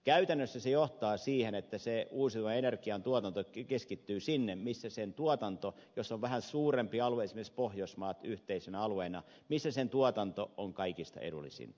käytännössä se johtaa siihen että uusiutuvan energian tuotanto keskittyy sinne missä jos kyseessä on vähän suurempi alue esimerkiksi pohjoismaat yhteisenä alueena se on kaikista edullisinta